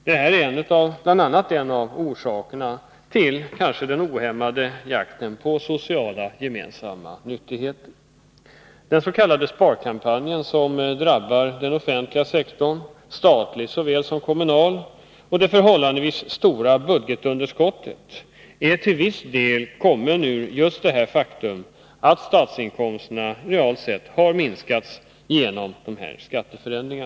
Detta är en av orsakerna till den ohämmade jakten på gemensamma sociala nyttigheter. Den s.k. sparkampanjen som drabbar den offentliga sektorn, statlig såväl som kommunal, och det förhållandevis stora budget underskottet är till viss del komna ur just detta faktum att statsinkomsterna realt sett har minskats genom dessa skatteförändringar.